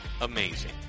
amazing